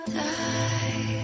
die